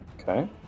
Okay